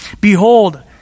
Behold